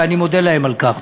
ואני מודה להם על כך.